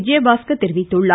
விஜயபாஸ்கர் தெரிவித்துள்ளார்